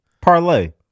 Parlay